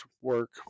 work